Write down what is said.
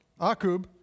Akub